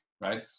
right